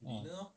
mm